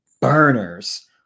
burners